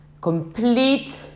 complete